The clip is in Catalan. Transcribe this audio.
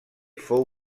fou